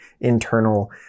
internal